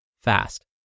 fast